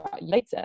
later